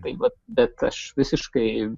tai vat bet aš visiškai